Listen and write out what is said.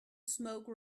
smoke